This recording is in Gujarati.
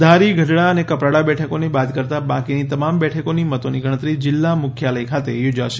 ધારી ગઢડા અને કપરાડા બેઠકોને બાદ કરતાં બાકીની તમામ બેઠકોની મતોની ગણતરી જિલ્લા મુખ્યાલય ખાતે યોજાશે